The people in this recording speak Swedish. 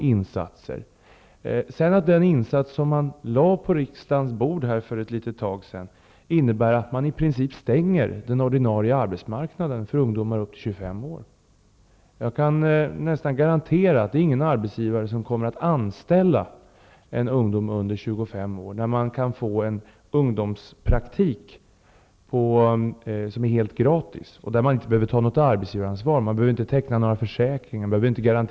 Men det förslag till insatser som för ett tag sedan lades på riksdagens bord innebär att man i princip utestänger ungdomar i åldrarna upp till 25 år från den ordinarie arbetsmarknaden. Jag tror att jag kan garantera att knappast någon arbetsgivare anställer ungdom under 25 år när det finns möjlighet att utnyttja ungdomspraktiken som är helt gratis. Inget arbetsgivaransvar behöver då tas, och försäkringar behöver inte tecknas.